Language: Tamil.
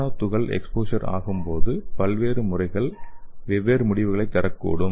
நானோ துகள் எக்ஸ்போசர் ஆகும் வெவ்வேறு முறைகள் வெவ்வேறு முடிவுகளைத் தரக்கூடும்